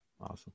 Awesome